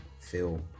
feel